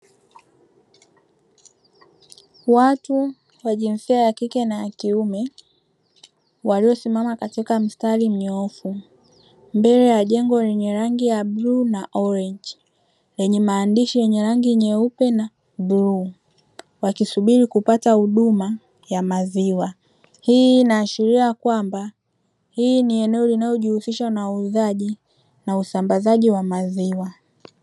Watu wa jinsia ya kike na ya kiume waliosimama katika mstari mnyoofu, mbele ya jengo lenye rangi ya bluu na orenji, lenye maandishi yenye rangi nyeupe na bluu wakisubiri kupata huduma ya maziwa, hii inaashiria kwamba hili ni eneo linalojihusisha na uuzaji na usambazaji wa maziwa.